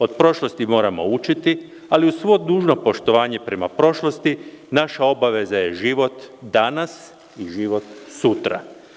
Od prošlosti moramo učiti, ali uz svo dužno poštovanje prema prošlosti, naša obaveza je život danas i život sutra.